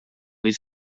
his